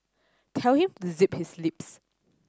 tell him to zip his lips